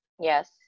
Yes